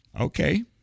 okay